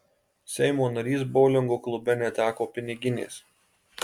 seimo narys boulingo klube neteko piniginės